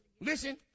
Listen